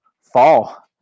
fall